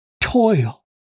toil